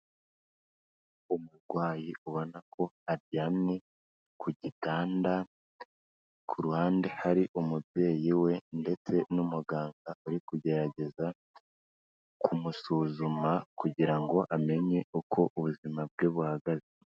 Umurwayi ubona ko aryamye ku gitanda, ku ruhande hari umubyeyi we, ndetse n'umuganga uri kugerageza kumusuzuma kugira ngo amenye uko ubuzima bwe buhagaze.